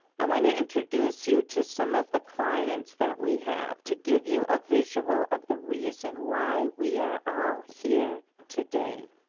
i want to introduce you to some of the clients that we have to give you a visual of the reason why we are all here today.